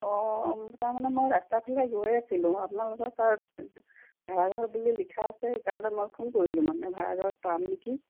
অঁ তাৰ মানে মই ৰাস্তাটোৰে গৈ আছিলোঁ আপোনালোকৰ তাত ভাড়াঘৰ বুলি লিখা আছে সেইকাৰণে মই ফোন কৰিলোঁ মানে ভাড়াঘৰ পাম নেকি